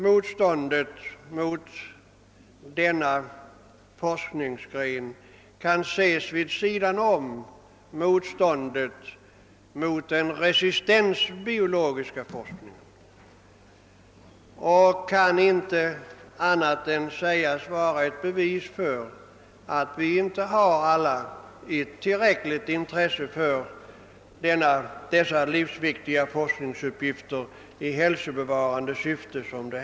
Motståndet mot denna forskningsgren kan ses som en parallell till motståndet mot den resistensbiologiska forskningen, och det kan inte sägas vara annat än ett bevis för att vi inte alla har tillräckligt stort intresse för dessa livsviktiga forskningsuppgifter i hälsobevarande syfte.